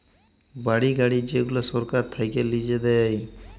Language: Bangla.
বাড়ি, গাড়ি যেগুলা সরকার থাক্যে লিজে দেয়